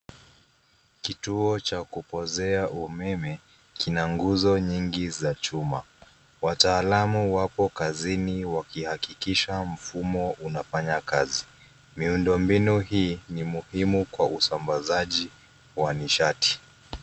Kituo cha kupozea umeme, kina nguzo nyingi za chuma. Wataalamu wapo kazini wakiakikisha mfumo unafanya kazi. Miundo mbinu hii, ni muhimu kwa usambazaji wa nishati.